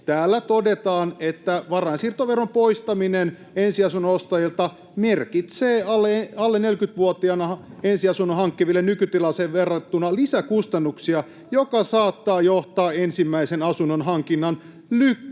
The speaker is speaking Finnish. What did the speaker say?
Täällä todetaan, että varainsiirtoveron poistaminen ensiasunnon ostajilta ”merkitsee alle 40-vuotiaana ensiasunnon hankkiville nykytilanteeseen verrattuna lisäkustannuksia, jotka saattavat johtaa ensimmäisen asunnon hankinnan lykkääntymiseen”.